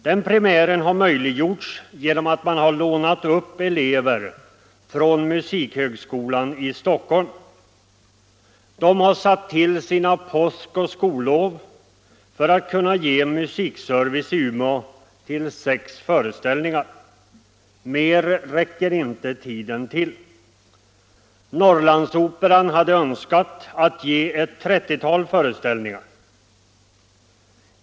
Den premiären har möjliggjorts genom 149 att man lånat upp elever från Musikhögskolan i Stockholm. De har satt till sina påskoch skollov för att kunna ge musikservice i Umeå till sex föreställningar. Mer räcker inte tiden till. Norrlandsoperan hade önskat ge ett 30-tal föreställningar.